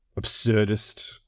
absurdist